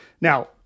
Now